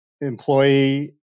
employee